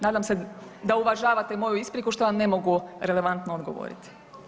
Nadam se da uvažavate moju ispriku što vam ne mogu relevantno odgovoriti.